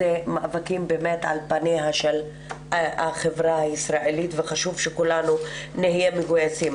אלה מאבקים באמת על פניה של החברה הישראלית וחשוב שכולנו נהיה מגויסים.